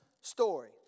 story